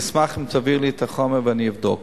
אני אשמח אם תעביר לי את החומר ואני אבדוק.